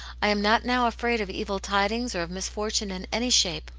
i am not now afraid of evil tidings or of mis fortune in any shape.